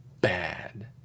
bad